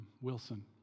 Wilson